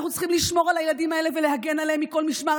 אנחנו צריכים לשמור על הילדים האלה ולהגן עליהם מכל משמר.